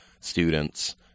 students